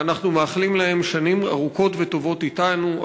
ואנחנו מאחלים להם שנים ארוכות וטובות אתנו,